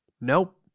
nope